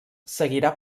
seguirà